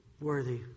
worthy